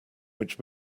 which